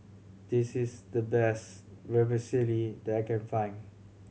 this is the best Vermicelli that I can find